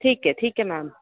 ਠੀਕ ਹੈ ਠੀਕ ਹੈ ਮੈਮ